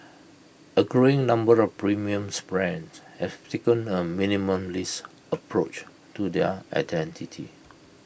A growing number of premiums brands have taken A minimalist approach to their identity